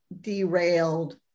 derailed